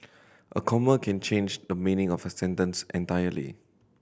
a comma can change the meaning of a sentence entirely